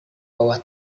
bahwa